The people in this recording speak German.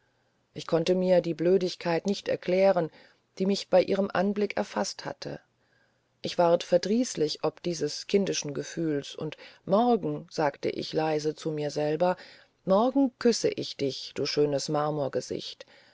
ich konnte mir die blödigkeit nicht erklären die mich bei ihrem anblick erfaßt hatte ich ward verdrießlich ob dieses kindischen gefühls und morgen sagte ich leise zu mir selber morgen küssen wir dich du schönes